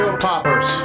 Poppers